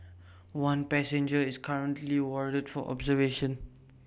one passenger is currently warded for observation